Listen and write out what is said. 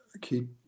keep